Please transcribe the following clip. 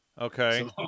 Okay